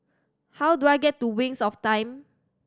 how do I get to Wings of Time